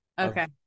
Okay